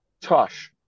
tush